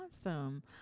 Awesome